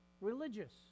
religious